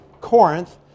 Corinth